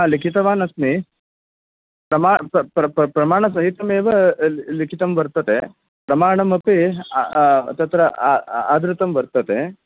लिखितवान् अस्मि प्रमाणसहितम् एव लिखितं वर्तते प्रमाणमपि तत्र आधृत्यं वर्तते